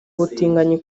ubutinganyi